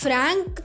Frank